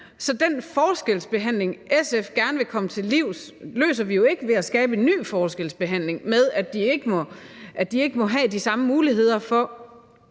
Den forskelsbehandling, SF gerne vil komme til livs, løser vi jo ikke ved at skabe en ny forskelsbehandling, i forhold til at de ikke må have de samme muligheder for